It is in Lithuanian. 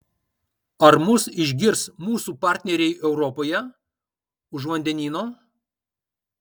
ar mus išgirs mūsų partneriai europoje už vandenyno